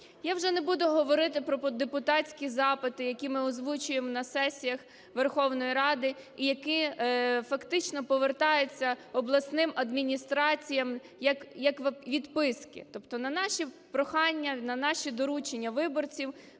Я вже не буду говорити про депутатські запити, які ми озвучуємо на сесіях Верховної Ради і які фактично повертаються обласним адміністраціям як відписки Тобто на наші прохання, на наші доручення виборців